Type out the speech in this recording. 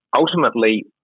Ultimately